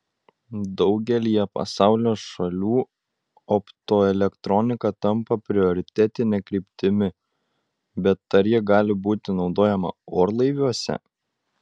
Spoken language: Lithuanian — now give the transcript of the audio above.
daugelyje pasaulio šalių optoelektronika tampa prioritetine kryptimi bet ar ji gali būti naudojama orlaiviuose